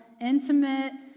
intimate